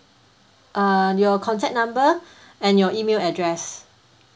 err your contact number and your email address